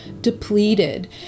depleted